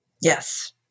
Yes